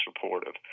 supportive